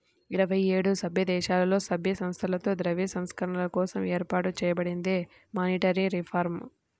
ఇరవై ఏడు సభ్యదేశాలలో, సభ్య సంస్థలతో ద్రవ్య సంస్కరణల కోసం ఏర్పాటు చేయబడిందే మానిటరీ రిఫార్మ్